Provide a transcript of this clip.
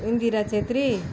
Indira Chhetri